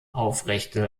aufrechte